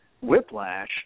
Whiplash